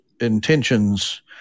intentions